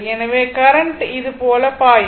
எனவே கரண்ட் இது போல பாயும்